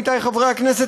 עמיתי חברי הכנסת,